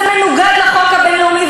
זה מנוגד לחוק הבין-לאומי,